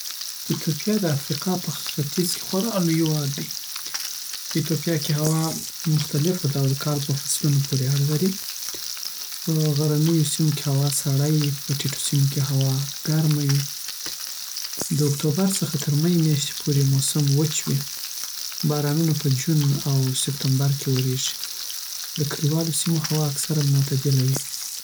ایتوپیا د افریقا په ختیځ کې خوار لوی هیواد دی په ایتوپیا کې هوا مختلفه ده او دکال په فصلونو پوری اړه لری په غرنیو سیمو کې هوا سړه وي. په ټیټو سیمو کې هوا ګرمه وي. د اکتوبر څخه تر می میاشتی پورې موسم وچ وي. بارانونه په جون او سپتمبر کې وریږي. د کلیوالو سیمو هوا اکثر معتدله وي.